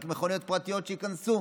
רק עם מכוניות פרטיות שייכנסו.